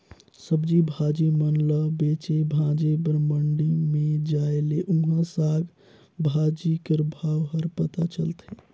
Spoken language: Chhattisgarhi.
सब्जी भाजी मन ल बेचे भांजे बर मंडी में जाए ले उहां साग भाजी कर भाव हर पता चलथे